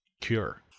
Cure